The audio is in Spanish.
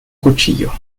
cuchillo